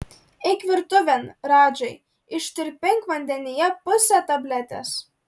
eik virtuvėn radžai ištirpink vandenyje pusę tabletės